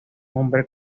hombre